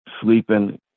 sleeping